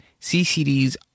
CCDs